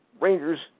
Rangers